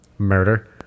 murder